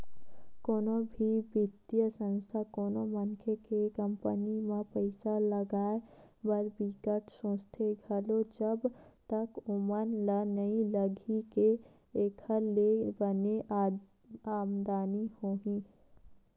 कोनो भी बित्तीय संस्था कोनो मनखे के कंपनी म पइसा लगाए बर बिकट सोचथे घलो जब तक ओमन ल नइ लगही के एखर ले बने आमदानी होही